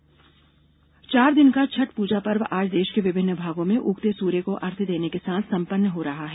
छठ पर्व चार दिन का छठ प्रजा पर्व आज देश के विभिन्न भागों में उगते सूर्य को अर्घ्य देने के साथ संपन्न हो रहा है